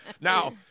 Now